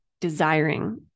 desiring